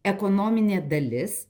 ekonominė dalis